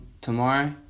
Tomorrow